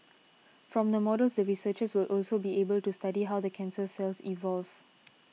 from the models the researchers will also be able to study how the cancer cells evolve